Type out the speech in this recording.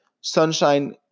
Sunshine